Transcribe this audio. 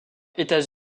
états